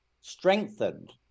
strengthened